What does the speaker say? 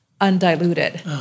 Undiluted